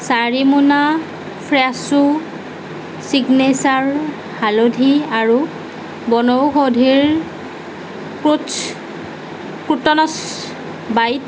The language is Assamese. চাৰি মোনা ফ্ৰেছো ছিগনেচাৰ হালধি আৰু বনৌষধিৰ ক্ৰোটনছ বাইট